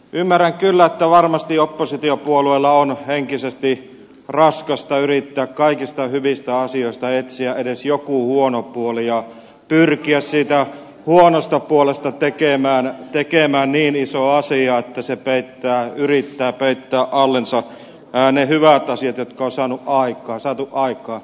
ymmärrän kyllä että varmasti oppositiopuolueilla on henkisesti raskasta yrittää kaikista hyvistä asioista etsiä edes joku huono puoli ja pyrkiä siitä huonosta puolesta tekemään niin iso asia että se yrittää peittää allensa ne hyvät asiat jotka on saatu aikaan